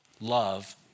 love